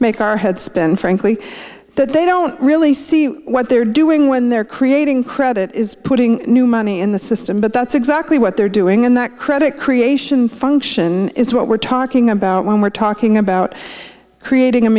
make our head spin frankly that they don't really see what they're doing when they're creating credit is putting new money in the system but that's exactly what they're doing and that credit creation function is what we're talking about when we're talking about creating